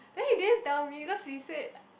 then he didn't tell me because he said